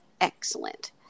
excellent